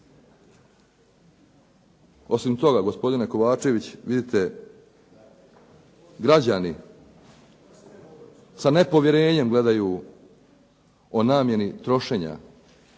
osim toga gospodine Kovačević vidite građani sa nepovjerenjem gledaju o namjeni trošenja